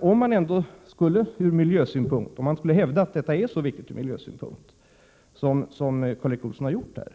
Om man då ändå skulle hävda att detta är så viktigt ur miljösynpunkt som Karl Erik Olsson har gjort gällande,